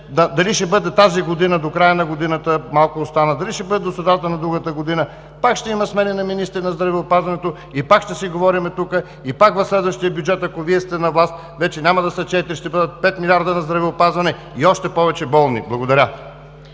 Дали ще бъде до края на тази година, малко остана, дали ще бъде до средата на другата година – пак ще има смени на министри на здравеопазването и пак ще си говорим тук. И пак в следващия бюджет, ако Вие сте на власт, вече няма да са четири, ще бъдат пет милиарда за здравеопазване и още повече болни. Благодаря.